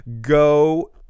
Go